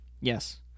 Yes